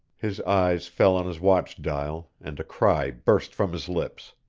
his eyes fell on his watch dial and a cry burst from his lips.